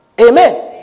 Amen